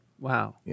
Wow